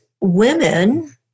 women